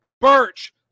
Birch